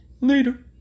Later